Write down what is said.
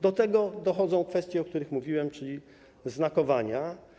Do tego dochodzą kwestie, o których mówiłem, czyli znakowania.